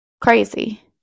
Crazy